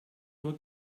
nur